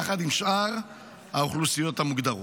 יחד עם שאר האוכלוסיות המוגדרות.